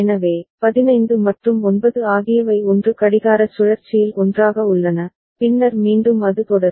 எனவே 15 மற்றும் 9 ஆகியவை 1 கடிகார சுழற்சியில் ஒன்றாக உள்ளன பின்னர் மீண்டும் அது தொடரும்